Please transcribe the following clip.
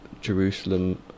Jerusalem